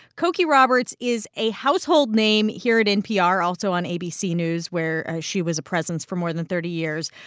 cokie roberts is a household name here at npr also on abc news, where she was a presence for more than thirty years.